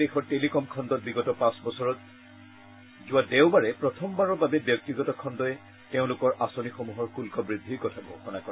দেশৰ টেলিকম খণ্ডত বিগত পাঁচ বছৰত যোৱা দেওবাৰে প্ৰথমবাৰৰ বাবে ব্যক্তিগত খণ্ডই তেওঁলোকৰ আঁচনিসমূহৰ শুল্ক বৃদ্ধিৰ কথা ঘোষণা কৰে